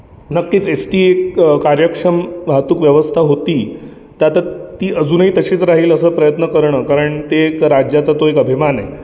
नक्कीच S T एक कार्यक्षम वाहतूक व्यवस्था होती तर आता ती अजूनही तशीच राहील असा प्रयत्न करणं कारण ते एक राज्याचा तो एक अभिमान आहे